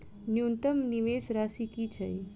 न्यूनतम निवेश राशि की छई?